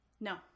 No